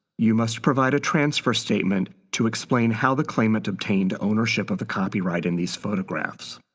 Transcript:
you must provide a transfer statement to explain how the claimant obtained ownership of the copyright in these photographs.